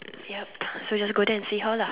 yup so you just go there and see how lah